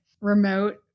remote